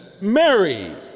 Mary